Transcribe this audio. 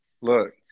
look